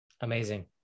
Amazing